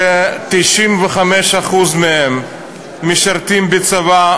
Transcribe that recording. ש-95% מהם משרתים בצבא,